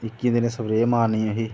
इक्कियें दिनें च स्प्रे मारनी असें